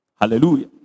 Hallelujah